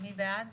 מי בעד?